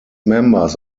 members